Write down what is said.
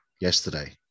yesterday